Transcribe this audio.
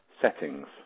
settings